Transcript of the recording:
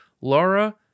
Laura